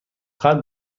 قبل